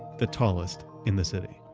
the tallest in the city.